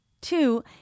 Two